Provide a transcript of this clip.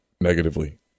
negatively